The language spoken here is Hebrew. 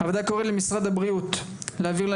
הוועדה קוראת למשרד הבריאות להעביר לה